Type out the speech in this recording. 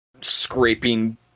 scraping